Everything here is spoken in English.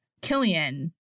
Killian